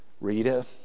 Rita